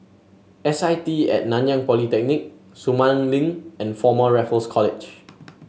S I T At Nanyang Polytechnic Sumang Link and Former Raffles College